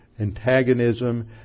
antagonism